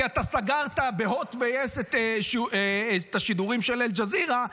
כי אתה סגרת בהוט וביס את השידורים של אל-ג'זירה,